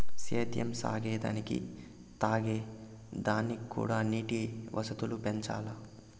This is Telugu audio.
సేద్యం సాగే దానికి తాగే దానిక్కూడా నీటి వసతులు పెంచాల్ల